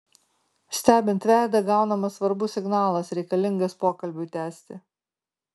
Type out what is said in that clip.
stebint veidą gaunamas svarbus signalas reikalingas pokalbiui tęsti